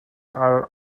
are